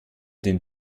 den